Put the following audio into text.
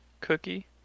cookie